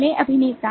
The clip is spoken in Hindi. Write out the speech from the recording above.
पहले अभिनेता